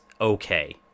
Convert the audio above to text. okay